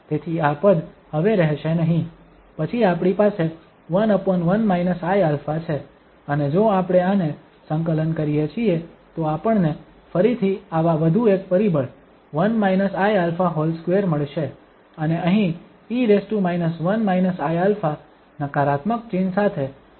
તેથી આ પદ હવે રહેશે નહીં પછી આપણી પાસે 11 iα છે અને જો આપણે આને સંકલન કરીએ છીએ તો આપણને ફરીથી આવા વધુ એક પરિબળ 1 iα2 મળશે અને અહીં e 1 iα નકારાત્મક ચિહ્ન સાથે અને પછી 0 થી ∞